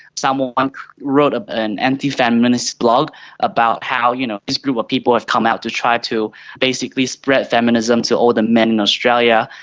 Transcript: someone um wrote ah an anti-feminist blog about how you know this group of people have come out to try to basically spread feminism to all the men in australia.